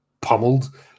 pummeled